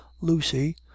Lucy